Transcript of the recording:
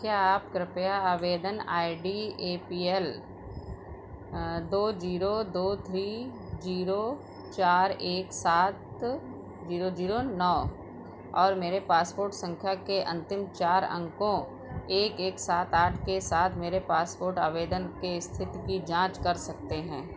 क्या आप कृपया आवेदन I D A P L दो जीरो दो थ्री जीरो चार एक सात जीरो जीरो न और मेरे पासपोर्ट संख्या के अंतिम चार अंकों एक एक सात आठ के साथ मेरे पासपोर्ट आवेदन के स्थित की जांच कर सकते हैं